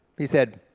he said,